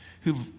who've